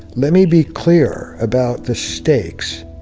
let me be clear about the stakes.